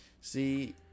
See